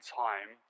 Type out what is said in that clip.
time